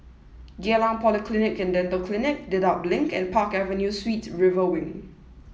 Geylang Polyclinic and Dental Clinic Dedap Link and Park Avenue Suites River Wing